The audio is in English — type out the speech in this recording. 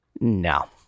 No